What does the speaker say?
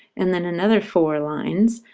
and then another four lines,